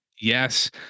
Yes